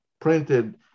printed